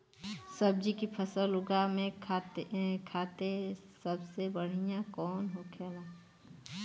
सब्जी की फसल उगा में खाते सबसे बढ़ियां कौन होखेला?